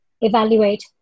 evaluate